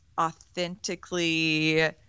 authentically